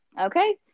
Okay